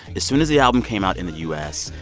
as soon as the album came out in the u s,